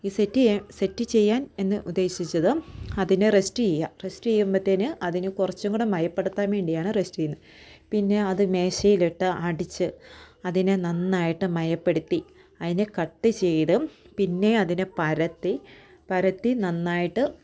ഈ സെറ്റ് ചെയ്യാൻ സെറ്റ് ചെയ്യാൻ എന്ന് ഉദ്ദേശിച്ചത് അതിനെ റസ്റ്റ് ചെയ്യുക റസ്റ്റ് ചെയ്യുമ്പത്തേന് അതിന് കുറച്ചും കൂടെ മയപ്പെടുത്താൻ വേണ്ടിയാണ് റസ്റ്റ് ചെയ്യുന്നത് പിന്നെ അത് മേശയിലിട്ട് അടിച്ച് അതിനെ നന്നായിട്ട് മയപ്പെടുത്തി അതിനെ കട്ട് ചെയ്ത് പിന്നെ അതിനെ പരത്തി പരത്തി നന്നായിട്ട്